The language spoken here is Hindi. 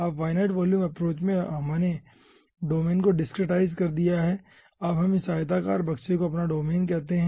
इस फाईनाइट वॉल्यूम अप्रोच में हमने डोमेन को डिस्क्रेटाइज्ड कर दिया है हम इस आयताकार बक्से को अपना डोमेन कहते है